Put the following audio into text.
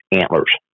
antlers